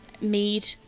mead